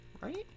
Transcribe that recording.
Right